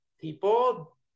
people